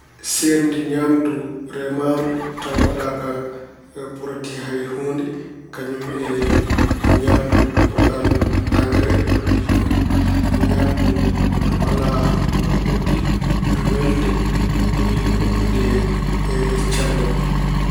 Seerdi ñaamdu remaandu tawa waɗata porodi hay huunde kañum e ñaamde waɗaandu aggere, porodiiji goɗɗi ko ñaamdu ndu alaa porodi ɓuri welde, ɓuri moƴƴude e cellal.